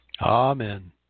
Amen